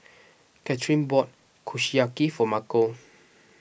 Kathyrn bought Kushiyaki for Marco